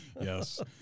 Yes